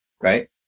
right